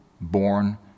born